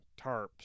tarps